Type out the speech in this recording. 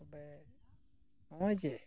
ᱛᱚᱵᱮ ᱦᱚᱸᱜᱼᱚᱭ ᱡᱮ